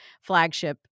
flagship